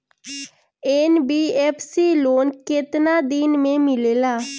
NBFC loan केतना दिन मे मिलेला?